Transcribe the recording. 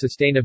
sustainability